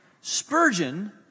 Spurgeon